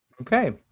Okay